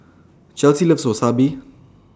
Chelsea loves Wasabi